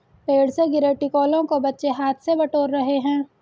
पेड़ से गिरे टिकोलों को बच्चे हाथ से बटोर रहे हैं